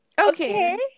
Okay